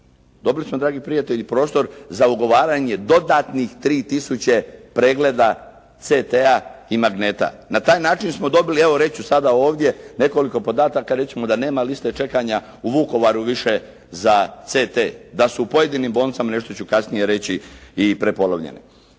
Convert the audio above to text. Dobili smo dragi prijatelji prostor za ugovaranje dodatnih 3000 pregleda CT-a i magneta. Na taj način smo dobili evo reći ću sada ovdje nekoliko podataka. Recimo da nema liste čekanja u Vukovaru više za CT. Da su u pojedinim bolnicama nešto ću kasnije reći i prepolovljene.